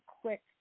quick